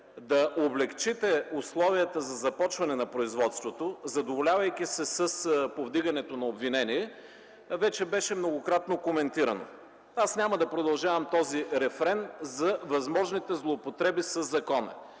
да облекчите условията за започване на производството, задоволявайки се с повдигането на обвинение, вече беше многократно коментирано. Аз няма да продължавам този рефрен за възможните злоупотреби със закона,